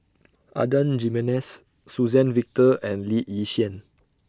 Adan Jimenez Suzann Victor and Lee Yi Shyan